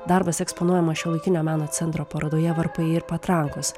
darbas eksponuojamas šiuolaikinio meno centro parodoje varpai ir patrankos